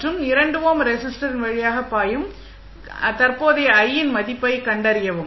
மற்றும் 2 ஓம் ரெஸிஸ்டரின் வழியாக பாயும் தற்போதைய I இன் மதிப்பையும் கண்டறியவும்